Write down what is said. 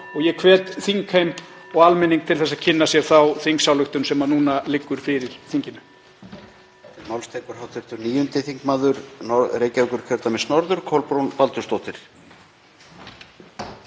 og ég hvet þingheim og almenning til að kynna sér þá þingsályktunartillögu sem núna liggur fyrir þinginu.